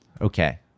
Okay